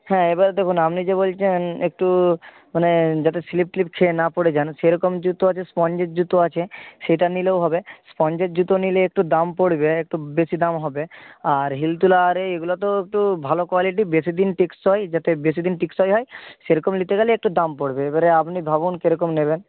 হ্যাঁ এবার দেখুন আপনি যে বলছেন একটু মানে যাতে স্লিপ টিপ খেয়ে না পড়ে যান সেরকম জুতো আছে স্পঞ্জের জুতো আছে সেটা নিলেও হবে স্পঞ্জের জুতো নিলে একটু দাম পড়বে একটু বেশি দাম হবে আর হিল তোলা আরে এগুলো তো একটু ভালো কোয়ালিটির বেশি দিন টেকসই যাতে বেশি দিন টেকসই হয় সেরকম নিতে গেলে একটু দাম পড়বে এবারে আপনি ভাবুন কীরকম নেবেন